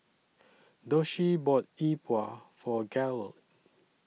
Doshie bought E Bua For Garold